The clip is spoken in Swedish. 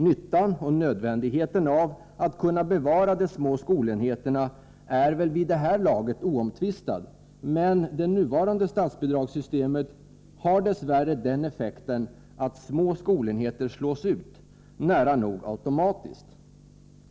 Nyttan och nödvändigheten av att kunna bevara de små skolenheterna är väl vid det här laget oomtvistade, men det nuvarande statsbidragssystemet har dess värre den effekten att små skolenheter slås ut, nära nog automatiskt.